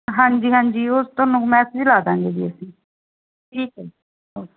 ਹਾਂਜੀ ਹਾਂਜੀ ਉਹ ਤੁਹਾਨੂੰ ਮੈਸੇਜ ਲਾ ਦਾਂਗੇ ਜੀ ਅਸੀਂ ਠੀਕ ਹੈ ਓਕੇ